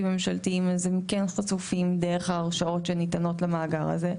ממשלתיים אז הם כן חשופים דרך ההרשאות שניתנות למאגר הזה.